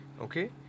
Okay